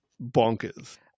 bonkers